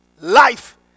life